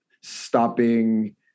stopping